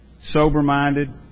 sober-minded